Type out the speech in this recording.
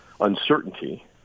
uncertainty